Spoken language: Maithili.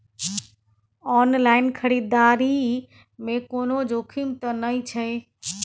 ऑनलाइन खरीददारी में कोनो जोखिम त नय छै?